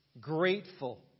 grateful